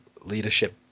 leadership